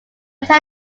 tell